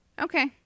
Okay